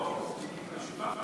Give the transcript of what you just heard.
נהפוך הוא, שיבחתי אותו.